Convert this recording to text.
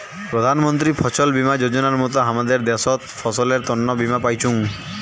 প্রধান মন্ত্রী ফছল বীমা যোজনার মত হামাদের দ্যাশোত ফসলের তন্ন বীমা পাইচুঙ